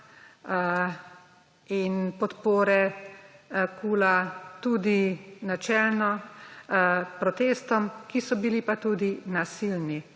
in podpore KUL, tudi načelno, protestom, ki so bili pa tudi nasilni